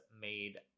made